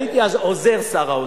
הייתי אז עוזר שר האוצר,